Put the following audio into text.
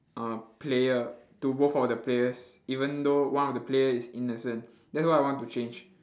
uh player to both of the players even though one of the player is innocent that's why I want to change